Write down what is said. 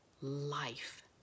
life